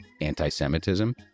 anti-Semitism